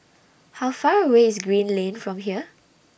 How Far away IS Green Lane from here